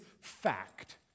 fact